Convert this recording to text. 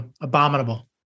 abominable